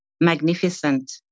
magnificent